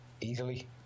easily